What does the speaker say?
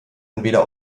entweder